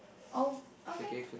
oh okay